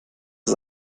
das